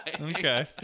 Okay